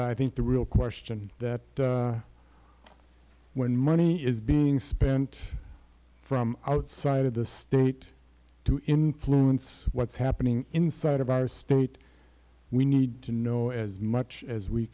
i think the real question that when money is being spent from outside of the state to influence what's happening inside of our state we need to know as much as we